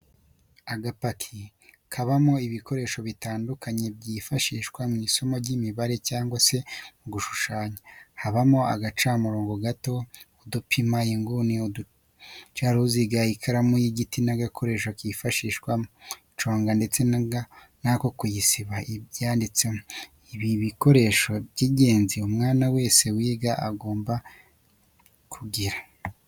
Agapaki kabamo ibikoresho bitandukanye byifashishwa mu isomo ry'imibare cyangwa se mu gushushanya, habamo agacamurongo gato, udupima inguni, uducaruziga, ikaramu y'igiti n'agakoresho kifashishwa mu kuyiconga ndetse n'ako gusiba ibyo yanditse, ni ibikoresho by'ingenzi umwana wese wiga aba agomba kugira.